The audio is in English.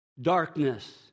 darkness